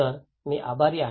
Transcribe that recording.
तर आभारी आहे